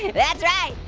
that's right.